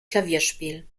klavierspiel